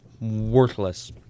worthless